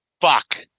fuck